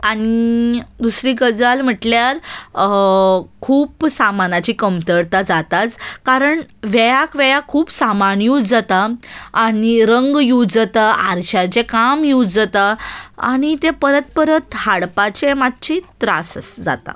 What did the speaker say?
आनी दुसरी गजाल म्हटल्यार खूब सामानाची कमतरता जाताच कारण वेळाक वेळा खूब सामान यूज जाता आनी रंग यूज जाता आरश्याचें काम यूज जाता आनी तें परत परत हाडपाचें मात्शी त्रास जाता